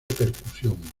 percusión